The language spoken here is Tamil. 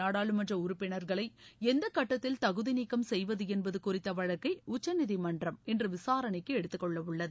நாடாளுமன்றஉறுப்பினர்களைஎந்தக் கட்டத்தில் தகுதிநீக்கம் செய்வதுஎன்பதுகுறித்தவழக்கை உச்சநீதிமன்றம் இன்றுவிசாரணைக்குஎடுத்துக் கொள்ளவுள்ளது